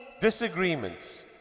disagreements